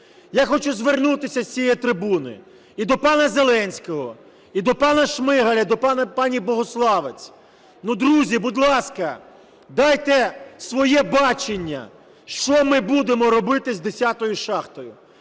Я хочу звернутися з цієї трибуни і до пана Зеленського, і до пана Шмигаля, і до пані Богуславець. Друзі, будь ласка, дайте своє бачення, що ми будемо робити з шахтою